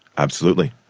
absolutely.